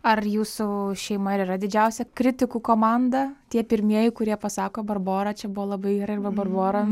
ar jūsų šeima ir yra didžiausia kritikų komanda tie pirmieji kurie pasako barbora čia buvo labai gerai arba barbora